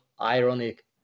ironic